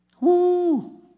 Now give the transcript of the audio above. Woo